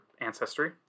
ancestry